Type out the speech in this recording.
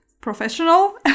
professional